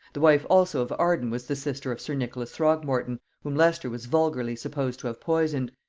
the wife also of arden was the sister of sir nicholas throgmorton, whom leicester was vulgarly supposed to have poisoned,